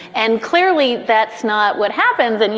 and clearly, that's not what happens. and, you